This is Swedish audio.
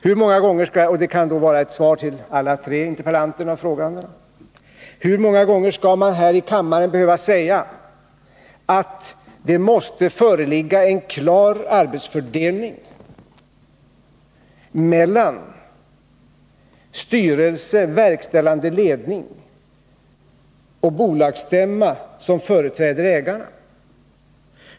Hur många gånger — det kan vara ett svar till alla tre, interpellanterna och frågeställaren — skall man här i kammaren behöva säga att det måste föreligga en klar arbetsfördelning mellan styrelse, verkställande ledning och bolagsstämma som företräder ägarna?